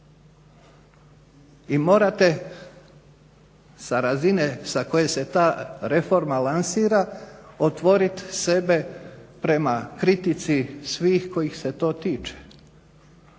vi morate sa razine sa koje se ta reforma lansira otvorit sebe prema kritici svih kojih se to tiče.